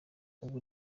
ubu